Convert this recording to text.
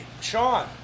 Sean